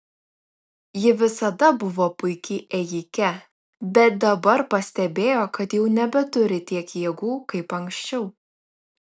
ji visada buvo puiki ėjike bet dabar pastebėjo kad jau nebeturi tiek jėgų kaip anksčiau